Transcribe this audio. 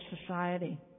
society